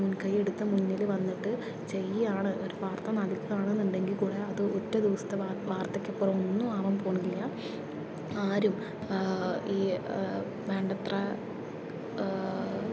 മുൻകൈയെടുത്ത് മുന്നിൽ വന്നിട്ട് ചെയ്യുകയാണ് ഒരു വാർത്ത നൽകുകയാണെന്ന് ഉണ്ടെങ്കിൽ കൂടി അത് ഒറ്റ ദിവസത്തെ വാർത്തക്കപ്പുറം ഒന്നും ആവാൻ പോണില്ല ആരും ഈ വേണ്ടത്ര